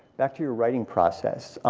back to your writing process.